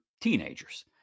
teenagers